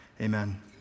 amen